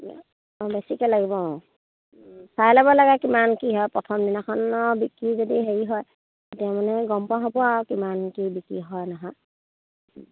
অঁ বেছিকে লাগিব অঁ চাই ল'ব লাগে কিমান কি হয় প্ৰথম দিনাখনৰ বিক্ৰী যদি হেৰি তাৰ মানে গম পোৱা হ'ব আৰু কিমান কি বিক্ৰী হয় নহয়